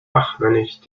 fachmännisch